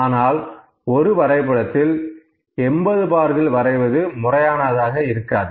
ஆனால் 1 வரைபடத்தில் 80 பார்கள் வரைவது முறையானதாக இருக்காது